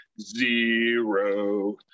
zero